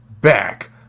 back